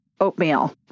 oatmeal